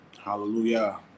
Hallelujah